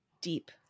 deep